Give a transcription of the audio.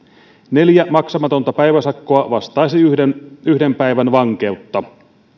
neljä maksamatonta päiväsakkoa vastaisi yhden yhden päivän vankeutta